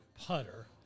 putter